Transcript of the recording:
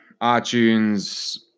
iTunes